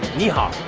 ni hao.